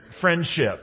friendship